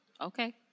okay